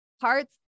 parts